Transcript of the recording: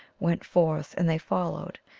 went forth, and they followed,